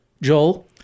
joel